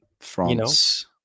France